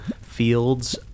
fields